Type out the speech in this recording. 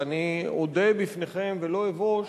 ואני אודה בפניכם ולא אבוש